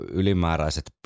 ylimääräiset